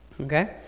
Okay